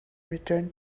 returned